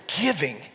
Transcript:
giving